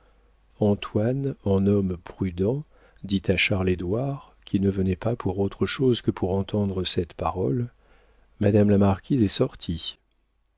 antoine en homme prudent dit à charles édouard qui ne venait pas pour autre chose que pour entendre cette parole madame la marquise est sortie